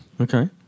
Okay